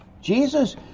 Jesus